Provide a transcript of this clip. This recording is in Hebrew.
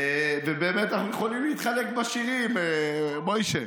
ובאמת אנחנו יכולים להתחלק בשירים, מוישה.